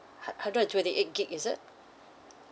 hu~ hundred and twenty eight gig is it